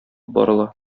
барыла